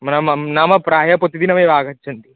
नाम नाम प्रायः प्रतिदिनमेव आगच्छन्ति